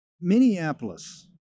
Minneapolis